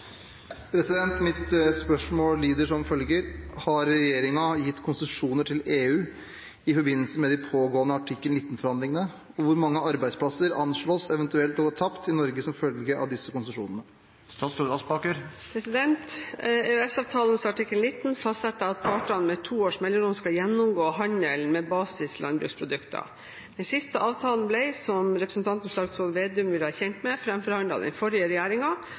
hvor mange arbeidsplasser anslås eventuelt å gå tapt i Norge som følge av disse konsesjonene?» EØS-avtalens artikkel 19 fastsetter at partene med to års mellomrom skal gjennomgå handelen med basis landbruksprodukter. Den siste avtalen ble, som representanten Slagsvold Vedum vil være kjent med, framforhandlet av den forrige